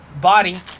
body